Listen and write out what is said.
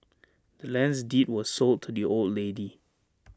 the land's deed was sold to the old lady